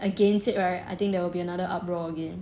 against it right I think there will be another uproar again